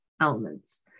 elements